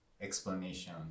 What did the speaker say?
explanation